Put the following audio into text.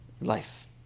life